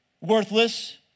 worthless